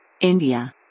India